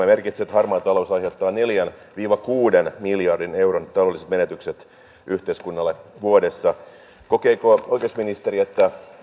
merkitsee että harmaa talous aiheuttaa neljän viiva kuuden miljardin euron taloudelliset menetykset yhteiskunnalle vuodessa kokeeko oikeusministeri että